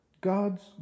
God's